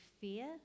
fear